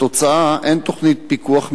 כתוצאה מכך, אין תוכנית פיקוח מדידה,